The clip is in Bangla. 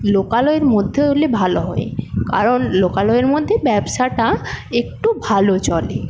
লোকালয়ের মধ্যে হলে ভালো হয় কারণ লোকালয়ের মধ্যে ব্যবসাটা একটু ভালো চলে